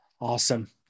Awesome